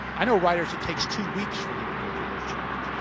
i know writers it takes two weeks for them to go through those changes.